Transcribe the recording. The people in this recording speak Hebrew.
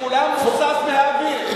שיבולם רוסס מהאוויר.